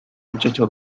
muchacho